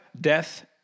Death